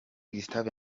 gustave